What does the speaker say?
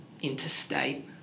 interstate